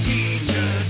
Teacher